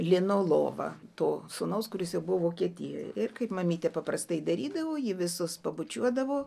lino lovą to sūnaus kuris jau buvo vokietijoje ir kaip mamytė paprastai darydavo ji visus pabučiuodavo